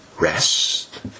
rest